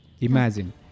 Imagine